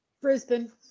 Brisbane